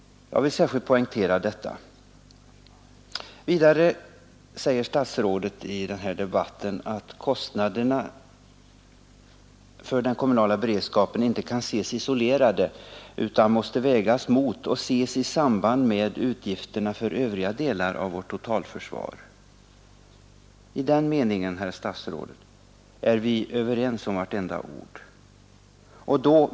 Jag vill särskilt poängtera detta. påskynda arbete. påskynda arbetet med den kommunala beredskapsplanläggningen Vidare säger statsrådet här i debatten att kostnaderna för den kommunala beredskapen inte kan ses isolerade utan måste vägas mot och ses i samband med utgifterna för övriga delar av vårt totalförsvar. I den meningen, herr statsråd, är vi överens om vartenda ord.